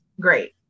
great